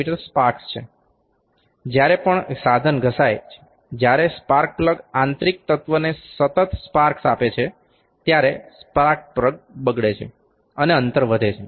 મી sparks છે જ્યારે પણ સાધન ઘસાય છે જ્યારે સ્પાર્ક પ્લગ આંતરિક તત્વને સતત સ્પાર્ક્સ આપે છે ત્યારે સ્પાર્ક પ્લગ બગડે છે અને અંતર વધે છે